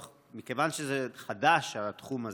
מכיוון שזה חדש, התחום הזה,